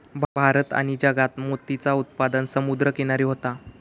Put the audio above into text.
भारत आणि जगात मोतीचा उत्पादन समुद्र किनारी होता